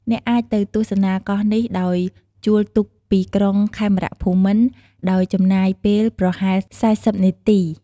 អ្នកអាចទៅទស្សនាកោះនេះដោយជួលទូកពីក្រុងខេមរភូមិន្ទ ដោយចំណាយពេលប្រហែល ៤០ នាទី។